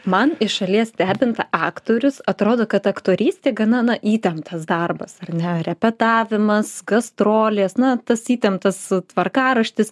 man iš šalies stebint a aktorius atrodo kad aktorystė gana na įtemptas darbas ar ne repetavimas gastrolės na tas įtemptas tvarkaraštis